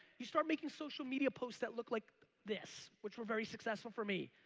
you start making social media posts that look like this which were very successful for me,